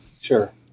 Sure